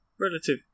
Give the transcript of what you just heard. relative